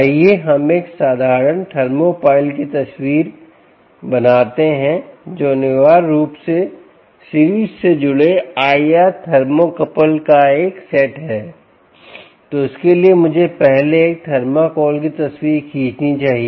आइए हम एक साधारण थर्मोपाइल की तस्वीर बनाते हैं जो अनिवार्य रूप से सीरीज़ से जुड़े IR थर्मोकपल का एक सेट है तो इसके लिए मुझे पहले एक थर्मोकपल की तस्वीर खींचनी चाहिए